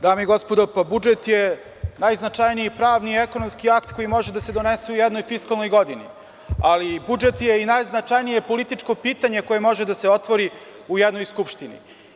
Dame i gospodo, pa budžet je najznačajniji pravni ekonomski akt koji može da se donese u jednoj fiskalnoj godini, ali budžet je i najznačajnije političko pitanje koje može da se otvori u jednoj Skupštini.